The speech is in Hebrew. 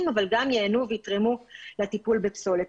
אבל ייהנו גם ייהנו ויתרמו לטיפול בפסולת.